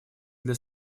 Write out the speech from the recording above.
для